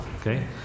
Okay